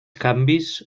canvis